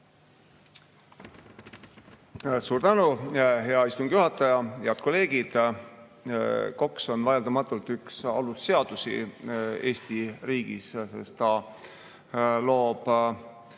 Suur tänu, hea istungi juhataja! Head kolleegid! KOKS on vaieldamatult üks alusseadusi Eesti riigis, sest ta loob